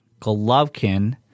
Golovkin